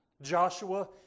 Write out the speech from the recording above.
Joshua